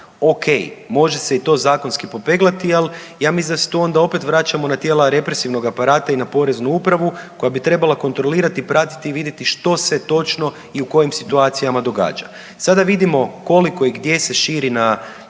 O.k. može se i to zakonski popeglati, ali ja mislim da se onda tu opet vraćamo na tijela represivnog aparata i na Poreznu upravu koja bi trebala kontrolirati, pratiti i vidjeti što se točno i u kojim situacijama događa. Sada vidimo koliko i gdje se širi na